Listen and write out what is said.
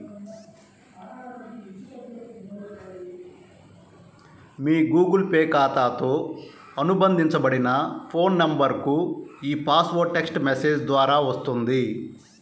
మీ Google Pay ఖాతాతో అనుబంధించబడిన phone నంబర్కు ఈ పాస్వర్డ్ టెక్ట్స్ మెసేజ్ ద్వారా వస్తుంది